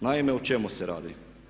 Naime, o čemu se radi?